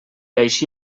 així